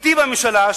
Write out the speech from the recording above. אתי בממשלה,